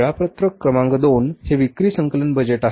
वेळापत्रक क्रमांक 2 हे विक्री संकलन बजेट आहे